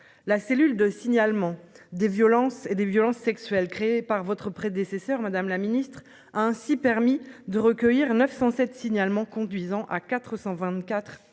La cellule de signalement des violences et des violences sexuelles, créée par votre prédécesseur, madame la ministre a ainsi permis de recueillir 9107 signalements conduisant à 424,